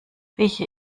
rieche